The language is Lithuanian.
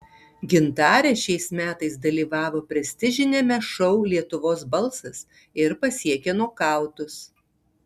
gintarė šiais metais dalyvavo prestižiniame šou lietuvos balsas ir pasiekė nokautus